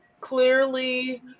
clearly